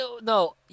no